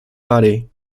body